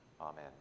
Amen